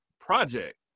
project